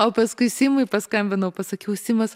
o paskui simui paskambinau pasakiau simas